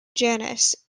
janus